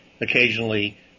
occasionally